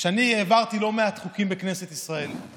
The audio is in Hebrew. שאני העברתי לא מעט חוקים בכנסת ישראל,